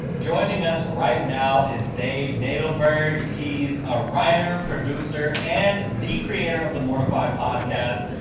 joining us right now is dave nadelberg. he's a writer, producer and the creator of the mortified podcast,